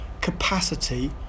capacity